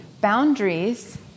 Boundaries